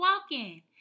walking